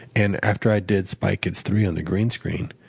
and after i did spy kids three on the green screen,